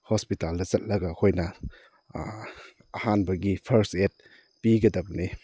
ꯍꯣꯁꯄꯤꯇꯥꯜꯗ ꯆꯠꯂꯒ ꯑꯩꯈꯣꯏꯅ ꯑꯍꯥꯟꯕꯒꯤ ꯐꯥꯔꯁ ꯑꯦꯗ ꯄꯤꯒꯗꯕꯅꯤ